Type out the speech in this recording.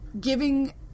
giving